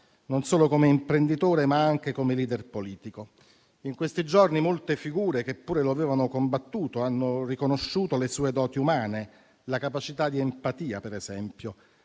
non solo come imprenditore, ma anche come *leader* politico. In questi giorni molte figure che pure lo avevano combattuto hanno riconosciuto le sue doti umane, la capacità di empatia, per esempio.